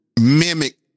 mimic